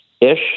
ish